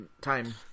time